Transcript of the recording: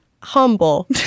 humble